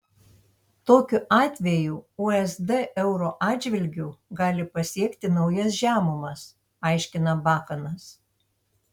tokiu atveju usd euro atžvilgiu gali pasiekti naujas žemumas aiškina bakanas